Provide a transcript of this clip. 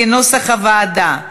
כנוסח הוועדה.